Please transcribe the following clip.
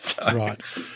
Right